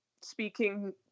speaking